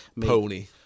Pony